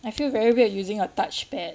I feel very weird using a touchpad